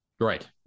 Right